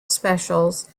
specials